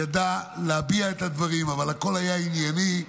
ידע להביע את הדברים אבל הכול היה ענייני,